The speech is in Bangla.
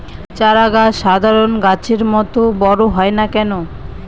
চারা গাছ সাধারণ গাছের মত বড় হয় না কেনো?